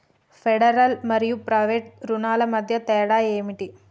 Federal మరియు private రుణాల మధ్య తేడా ఏమిటి?